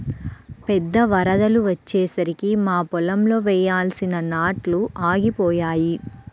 పెద్ద వరదలు వచ్చేసరికి మా పొలంలో వేయాల్సిన నాట్లు ఆగిపోయాయి